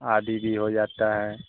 आदि भी हो जाता है